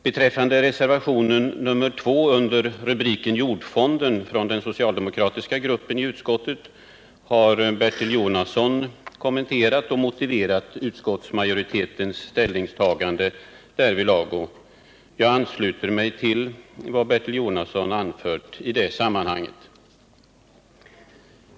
Beträffande reservationen 2 från den socialdemokratiska gruppen i utskottet under rubriken Jordfonden har Bertil Jonasson kommenterat och motiverat utskottsmajoritetens ställningstagande, och jag ansluter mig till vad Bertil Jonasson anfört i det sammanhanget.